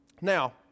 Now